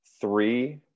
three